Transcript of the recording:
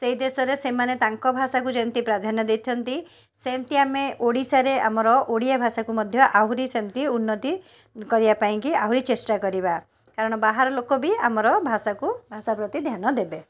ସେଇ ଦେଶରେ ସେମାନେ ତାଙ୍କ ଭାଷାକୁ ଯେମିତି ପ୍ରାଧାନ୍ୟ ଦେଇଥାନ୍ତି ସେମିତି ଆମେ ଓଡ଼ିଶାରେ ଆମର ଓଡ଼ିଆ ଭାଷାକୁ ମଧ୍ୟ ଆହୁରି ସେମିତି ଉନ୍ନତି କରିବା ପାଇଁକି ଆହୁରି ଚେଷ୍ଟା କରିବା କାରଣ ବାହାର ଲୋକ ବି ଆମର ଭାଷାକୁ ଭାଷା ପ୍ରତି ଧ୍ୟାନ ଦେବେ